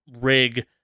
rig